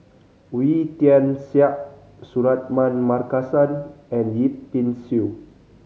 Wee Tian Siak Suratman Markasan and Yip Pin Xiu